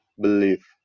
believe